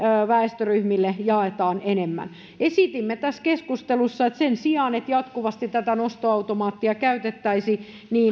väestöryhmille jaetaan enemmän esitimme keskustelussa että sen sijaan että jatkuvasti tätä nostoautomaattia käytettäisiin